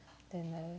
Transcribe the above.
then like